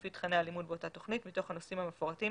לפי תכני הלימוד באותה תוכנית מתוך הנושאים המפורטים